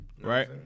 right